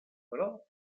però